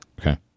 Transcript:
Okay